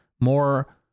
more